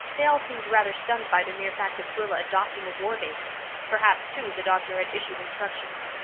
they all seemed rather stunned by the mere fact of rilla adopting a war-baby perhaps, too, the doctor had issued instructions.